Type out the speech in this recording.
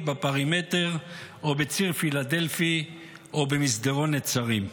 בפרימטר או בציר פילדלפי או במסדרון נצרים.